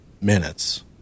minutes